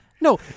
No